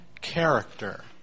character